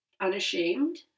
unashamed